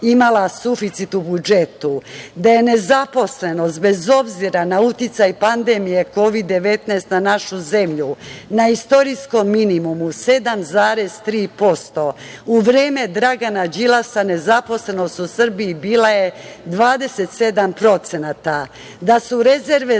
da je nezaposlenost bez obzira na uticaj pandemije Kovid 19 na našu zemlju na istorijskom minimumu 7,3%, u vreme Dragana Đilasa nezaposlenost u Srbiji bila je 27%, da su rezerve zlata